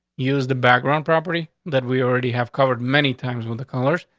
use the background property that we already have covered many times with the colors,